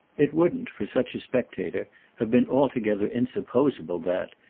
it wouldn't for such a spectator have been altogether insupposable that,